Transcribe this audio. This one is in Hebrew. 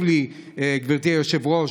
גברתי היושבת-ראש,